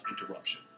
interruption